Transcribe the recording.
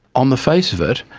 on the face of it,